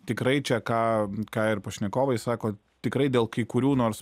tikrai čia ką ką ir pašnekovai sako tikrai dėl kai kurių nors